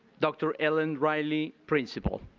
dr. ellen riley principal.